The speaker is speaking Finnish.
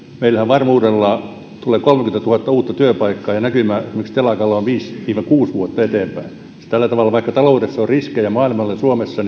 meillehän varmuudella tulee kolmekymmentätuhatta uutta työpaikkaa ja näkymä esimerkiksi telakalla on viisi viiva kuusi vuotta eteenpäin siis tällä tavalla vaikka taloudessa on riskejä maailmalla ja suomessa